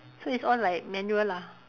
so it's all like manual lah